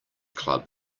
club